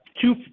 two